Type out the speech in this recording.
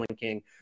King